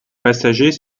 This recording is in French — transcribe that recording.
passagers